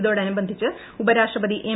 ഇതോടനുബന്ധിച്ച് ഉപരാഷ്ട്രപതി എം